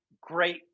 great